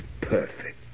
perfect